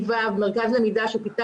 ההנחה הרווחת בקרב בני הנוער, שזה לא